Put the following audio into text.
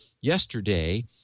Yesterday